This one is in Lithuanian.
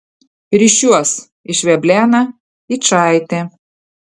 rišiuos išveblena yčaitė